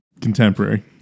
contemporary